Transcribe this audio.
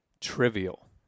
trivial